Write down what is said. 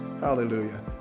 Hallelujah